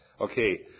Okay